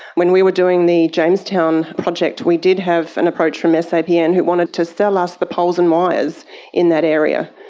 when we were doing the jamestown project we did have an approach from ah sapn who wanted to sell us the poles and wires in that area.